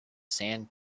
sand